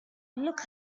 look